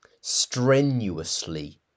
strenuously